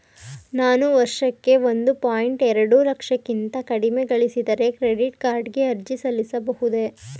ನಾನು ವರ್ಷಕ್ಕೆ ಒಂದು ಪಾಯಿಂಟ್ ಎರಡು ಲಕ್ಷಕ್ಕಿಂತ ಕಡಿಮೆ ಗಳಿಸಿದರೆ ಕ್ರೆಡಿಟ್ ಕಾರ್ಡ್ ಗೆ ಅರ್ಜಿ ಸಲ್ಲಿಸಬಹುದೇ?